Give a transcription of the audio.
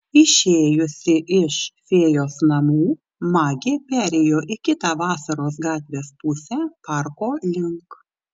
išėjusi iš fėjos namų magė perėjo į kitą vasaros gatvės pusę parko link